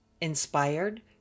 inspired